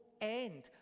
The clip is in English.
end